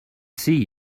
see